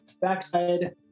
backside